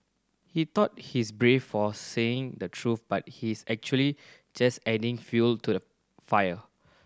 he thought he's brave for saying the truth but he's actually just adding fuel to the fire